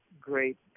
great